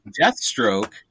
Deathstroke